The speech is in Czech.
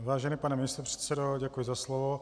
Vážený pane místopředsedo, děkuji za slovo.